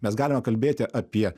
mes galime kalbėti apie